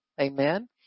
Amen